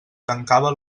tancava